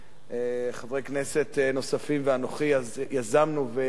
חברי כנסת נוספים ואנוכי יזמנו והקמנו